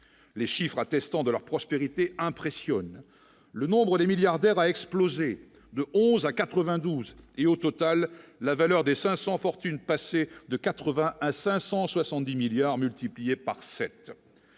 les chiffres attestant de leur prospérité impressionne le nombre de milliardaires a explosé de 11 à 92 et au total, la valeur des 500 fortunes passer de 80 à 570 milliards multiplié par 7